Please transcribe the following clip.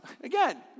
Again